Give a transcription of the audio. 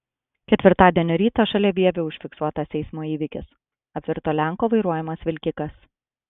ketvirtadienio rytą šalia vievio užfiksuotas eismo įvykis apvirto lenko vairuojamas vilkikas